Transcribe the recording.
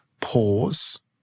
pause